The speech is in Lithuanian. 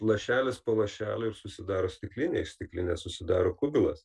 lašelis po lašelio ir susidaro stiklinė iš stiklinės susidaro kubilas